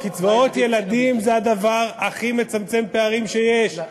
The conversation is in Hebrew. קצבאות ילדים זה הדבר הכי מצמצם פערים שיש.